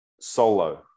solo